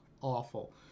awful